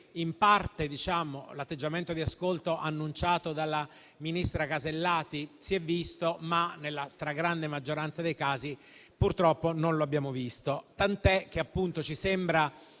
in parte l'atteggiamento di ascolto annunciato dalla ministra Casellati si è visto, ma nella stragrande maggioranza dei casi purtroppo non lo abbiamo visto. Tant'è che appunto ci sembra